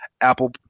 apple